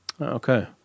okay